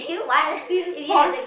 as in for